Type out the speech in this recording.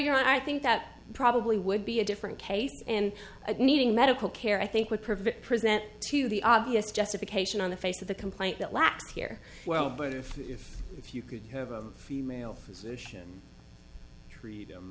you know i think that probably would be a different case and needing medical care i think would prevent present to the obvious justification on the face of the complaint that lacked here well but if if if you could have a female physician treat